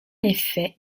effet